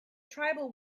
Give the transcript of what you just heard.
tribal